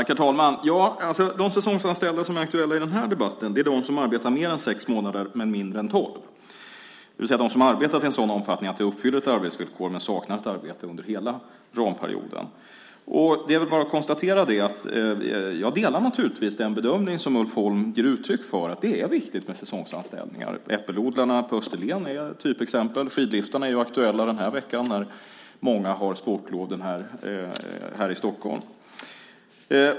Herr talman! De säsongsanställda som är aktuella i den här debatten är de som arbetar mer än sex månader men mindre än tolv. Det är alltså de som har arbetat i en sådan omfattning att det uppfyller ett arbetsvillkor men som inte har haft ett arbete under hela ramperioden. Det är bara att konstatera att jag delar den bedömning som Ulf Holm ger uttryck för. Det är viktigt med säsongsanställningar. Äppelodlarna på Österlen är typexempel. Skidliftarna är ju aktuella den här veckan, när många har sportlov här i Stockholm.